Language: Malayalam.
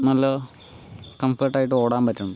നല്ല കംഫോർട്ടായിട്ട് ഓടാൻ പറ്റുന്നുണ്ട്